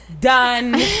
done